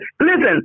listen